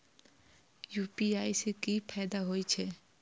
UPI से की फायदा हो छे?